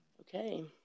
Okay